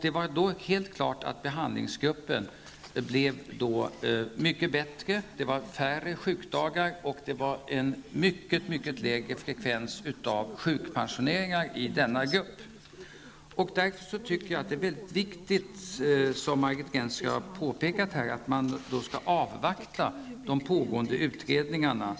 Det stod helt klart att behandlingsgruppen blev mycket bättre, sjukdagarna var färre och frekvensen sjukpensioneringar var mycket lägre. Som Margit Gennser har påpekat är det väldigt viktigt att avvakta de pågående utredningarna